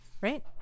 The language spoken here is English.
Right